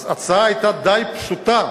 ההצעה היתה די פשוטה: